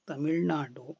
Tamil Nadu